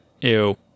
Ew